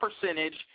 percentage